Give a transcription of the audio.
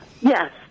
Yes